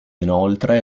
inoltre